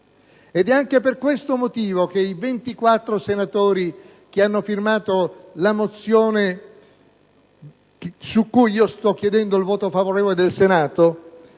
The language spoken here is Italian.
Anche per questo motivo, i 24 senatori che hanno firmato la mozione su cui sto chiedendo il voto favorevole del Senato